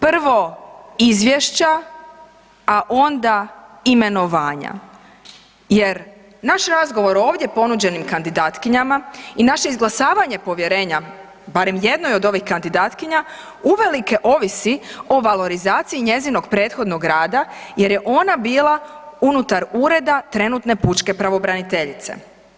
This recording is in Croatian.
Prvo izvješća, a onda imenovanja jer naš razgovor ovdje ponuđenim kandidatkinjama i naše izglasavanje povjerenja barem jednoj od ovih kandidatkinja uvelike ovisi o valorizaciji njezinog prethodnog rada jer je ona bila unutar ureda trenutne pučke pravobraniteljice.